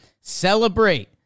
celebrate